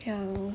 ya lor